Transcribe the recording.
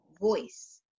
voice